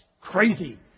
crazy